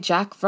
Jack